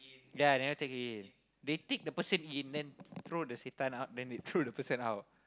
yeah never take already they take the person in then they throw the setan out then they throw the person out